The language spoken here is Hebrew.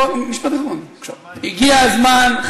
הגיע הזמן.